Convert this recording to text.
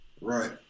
Right